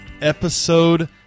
episode